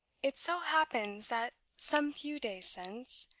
it so happens that, some few days since,